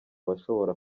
bashobora